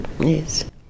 Yes